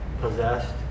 possessed